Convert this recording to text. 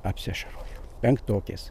apsiašarojo penktokės